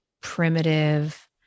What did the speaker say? primitive